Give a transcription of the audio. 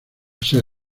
ser